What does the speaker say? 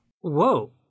Whoa